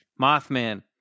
Mothman